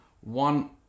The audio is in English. one